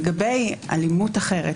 לגבי אלימות אחרת,